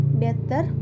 better